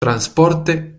transporte